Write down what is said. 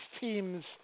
teams